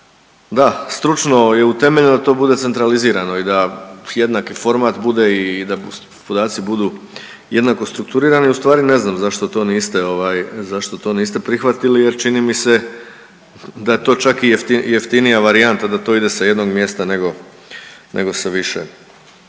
da stručno je utemeljeno da to bude centralizirano i da jednaki format bude i da podaci budu jednako strukturirani ustvari ne znam zašto to niste ovaj zašto to niste prihvatili jer čini mi se da je to čak i jeftinija varijanta, da to ide sa jednog mjesta nego, nego sa više